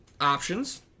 options